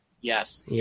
Yes